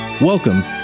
Welcome